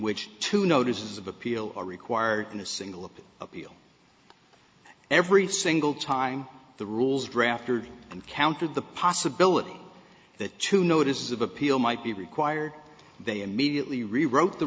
which to notice of appeal are required in a single appeal every single time the rules drafters and counted the possibility that to notice of appeal might be required they immediately rewrote the